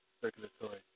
circulatory